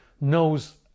knows